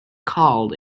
called